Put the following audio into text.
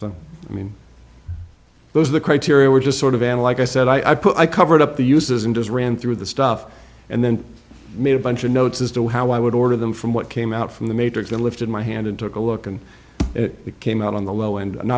it i mean those are the criteria we're just sort of and like i said i put i covered up the uses and just ran through the stuff and then made a bunch of notes as to how i would order them from what came out from the matrix and lifted my hand and took a look and it came out on the low end and